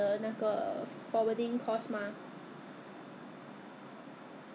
I see eh I 不 I never do leh 我从来不知道是这样子我以为只是跟他们买他们的东西